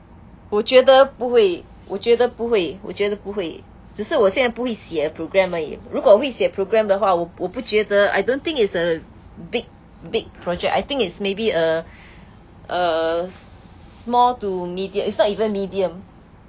我觉得不会我觉得不会我觉得不会只是我现在不会写 program 而已如果我会写 program 的话我不觉得 I don't think it's a big big project I think it's maybe a a small to media~ it's not even medium